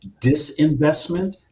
disinvestment